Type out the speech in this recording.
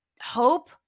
Hope